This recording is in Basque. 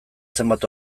zenbait